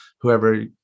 whoever